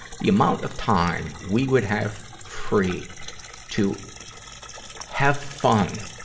the amount of time we would have free to have fun